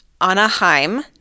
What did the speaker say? Anaheim